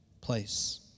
place